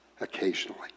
occasionally